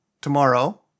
tomorrow